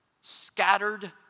scattered